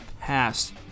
past